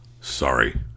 Sorry